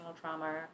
trauma